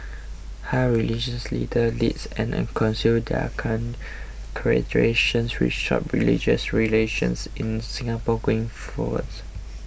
how religious leaders leads and counsel their congregations will shape religious relations in Singapore going forwards